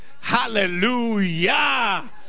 Hallelujah